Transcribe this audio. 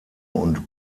und